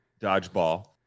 dodgeball